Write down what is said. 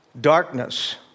Darkness